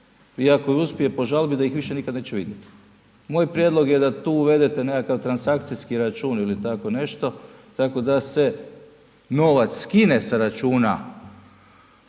ako uspije po žalbi, da ih više nikad neće vidjet. Moj prijedlog je da tu uvedete nekakav transakcijski račun ili tako nešto tako da se novac skine sa računa